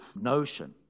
notion